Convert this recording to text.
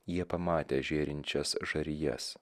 jie pamatė žėrinčias žarijas